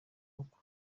uko